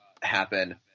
happen